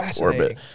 orbit